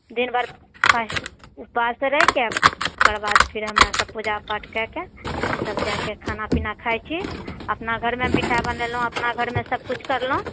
दिनभर उपास उपास रहिके ओकरबाद फेर हमरासभ पूजा पाठ कएके तब जाकऽ खाना पीना खाइत छी अपना घरमे मीठा बनेलहुँ अपना घरमे सबकिछु करलहुँ